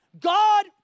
God